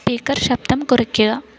speaker ശബ്ദം കുറയ്ക്കുക